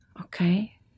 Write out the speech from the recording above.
okay